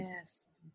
Yes